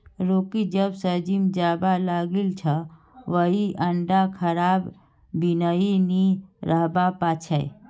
Rocky जब स gym जाबा लागिल छ वइ अंडा खबार बिनइ नी रहबा पा छै